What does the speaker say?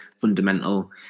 fundamental